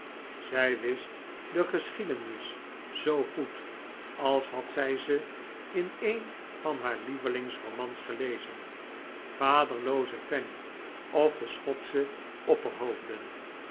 zij wist de geschiedenis zoo goed als had zij ze in een van haar lievelingsromans gelezen vaderlooze fanny ofde schotsche opperhoofden